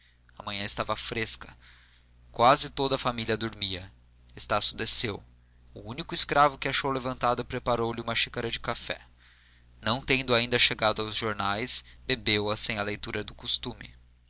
manhã estava fresca quase toda a família dormia estácio desceu o único escravo que achou levantado preparou lhe uma xícara de café não tendo ainda chegado os jornais bebeu a sem a leitura do costume